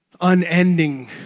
unending